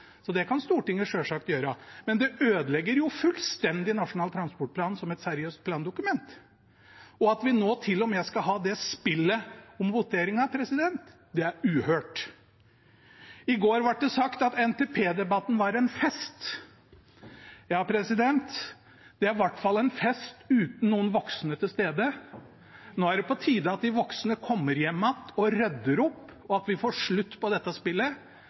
så det kan Stortinget selvsagt gjøre. Men det ødelegger fullstendig Nasjonal transportplan som et seriøst plandokument. At vi nå til og med skal ha det spillet om voteringen, er uhørt. I går ble det sagt at NTP-debatten var en fest. Ja, det er i hvert fall en fest uten noen voksne til stede. Nå er det på tide at de voksne kommer hjem igjen, rydder opp, og at vi får slutt på dette spillet.